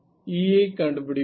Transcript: E ஐ கண்டுபிடிப்போம்